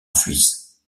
suisse